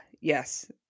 yes